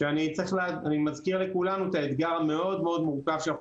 ואני מזכיר לכולנו את האתגר המאוד מאוד מורכב שאנחנו